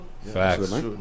Facts